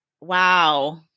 Wow